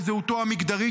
לזהותו המגדרית,